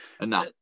enough